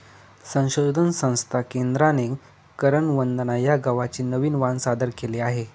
संशोधन संस्था केंद्राने करण वंदना या गव्हाचे नवीन वाण सादर केले आहे